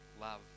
Love